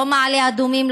לא מעלה אדומים,